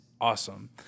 awesome